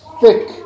thick